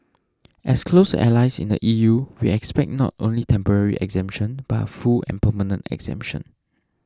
as close allies in the E U we expect not only temporary exemption but a full and permanent exemption